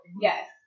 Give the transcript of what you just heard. Yes